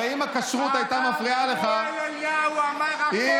הרב שמואל אליהו אמר: הקול קול שמאל והידיים ידי ימינה.